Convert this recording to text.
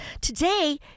Today